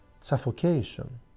Suffocation